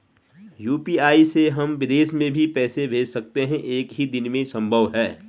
UPI से हम विदेश में भी पैसे भेज सकते हैं एक ही दिन में संभव है?